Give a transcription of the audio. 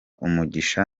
umugisha